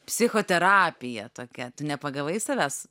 psichoterapija tokia tu nepagavai savęs